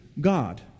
God